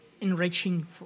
enriching